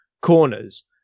corners